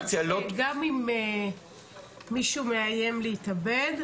אם מישהו מאיים להתאבד,